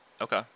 Okay